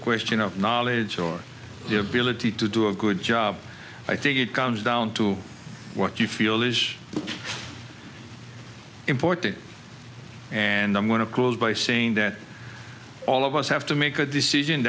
question of knowledge or the ability to do a good job i think it comes down to what you feel is important and i'm going to call by saying that all of us have to make a decision